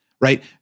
right